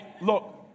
look